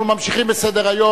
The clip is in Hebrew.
אנחנו ממשיכים בסדר-היום.